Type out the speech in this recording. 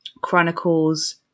chronicles